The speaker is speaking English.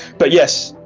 but yes,